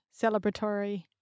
celebratory